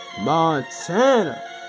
Montana